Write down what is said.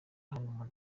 hano